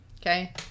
Okay